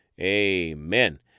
amen